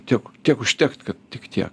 tiek tiek užtekt kad tik tiek